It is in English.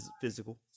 physical